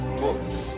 books